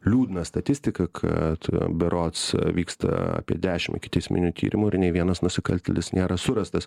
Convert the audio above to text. liūdną statistiką kad berods vyksta apie dešimt ikiteisminių tyrimų ir nei vienas nusikaltėlis nėra surastas